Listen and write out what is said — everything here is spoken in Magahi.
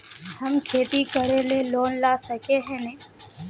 हम खेती करे ले लोन ला सके है नय?